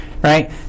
Right